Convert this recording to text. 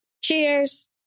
Cheers